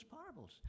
parables